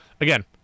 again